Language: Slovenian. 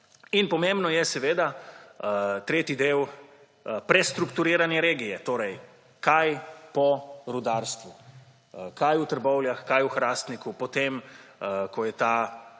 Pomembno je seveda – tretji del – prestrukturiranje regije, torej kaj po rudarstvu. Kaj v Trbovljah, kaj v Hrastniku, potem ko se je